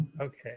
Okay